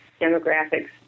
demographics